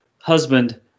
husband